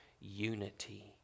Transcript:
unity